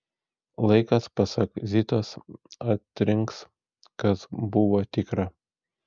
laikas pasak zitos atrinks kas buvo tikra